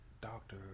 doctor